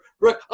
right